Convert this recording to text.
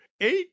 eight